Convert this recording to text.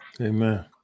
amen